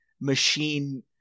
machine